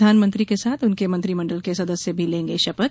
प्रधानमंत्री के साथ उनके मंत्रिमंडल के सदस्य भी लेंगे शपथ